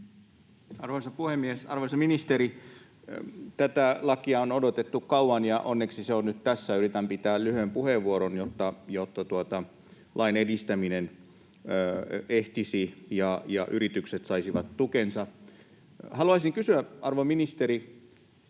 Arvoisa puhemies! Arvoisa ministeri! Tätä lakia on odotettu kauan, ja onneksi se on nyt tässä. Yritän pitää lyhyen puheenvuoron, jotta lain edistäminen ehtisi ja yritykset saisivat tukensa. Haluaisin kysyä, arvon ministeri,